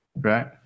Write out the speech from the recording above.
Right